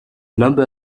number